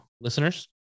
listeners